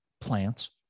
plants